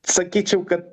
sakyčiau kad